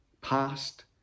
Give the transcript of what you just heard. past